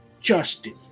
Justin